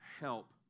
help